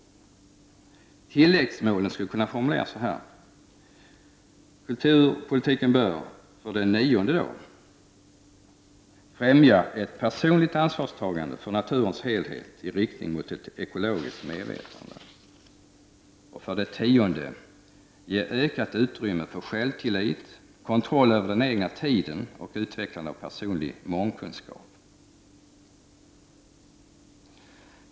Tilläggsmålen skulle kunna formuleras så här. Kulturpolitiken bör för det nionde främja ett personligt ansvarstagande för naturens helhet i riktning mot ett ekologiskt medvetande. För det tionde bör kulturpolitiken ge ökat utrymme för självtillit, kontroll över den egna tiden och utvecklande av personlig mångkunskap.